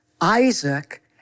Isaac